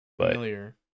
familiar